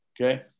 Okay